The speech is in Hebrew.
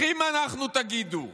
אחים אנחנו, תגידו.